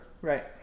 Right